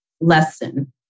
lesson